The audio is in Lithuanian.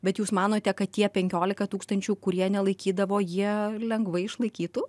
bet jūs manote kad tie penkiolika tūkstančių kurie nelaikydavo jie lengvai išlaikytų